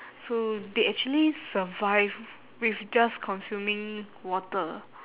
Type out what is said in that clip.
so they actually survive with just consuming water